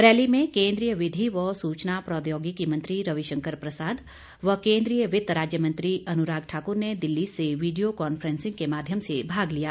rally में केन्द्रीय विधि व सूचना प्रौद्योगिकी मंत्री रविशंकर प्रसाद व केन्द्रीय वित्त राज्य मंत्री अनुराग ठाक्र ने दिल्ली से वीडियो कॉन्फ्रेंसिंग के माध्यम से भाग लिया